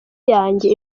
yanjye